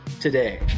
today